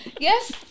Yes